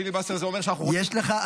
פיליבסטר אומר שאנחנו יכולים --- יש לך,